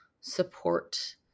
support